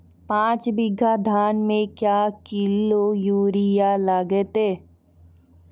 पाँच बीघा धान मे क्या किलो यूरिया लागते?